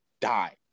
die